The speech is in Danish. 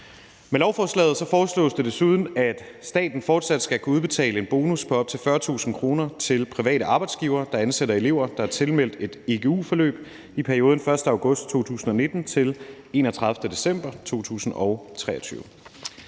Med lovforslaget foreslås det desuden, at staten fortsat skal kunne udbetale en bonus på op til 40.000 kr. til private arbejdsgivere, der ansætter elever, der er tilmeldt et igu-forløb i perioden den 1. august 2019 til den 31. december 2023.